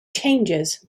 changes